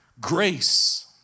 grace